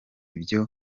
byo